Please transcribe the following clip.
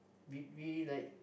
did we like